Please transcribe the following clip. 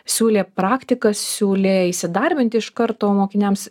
siūlė praktikas siūlė įsidarbinti iš karto mokiniams